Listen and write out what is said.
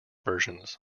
versions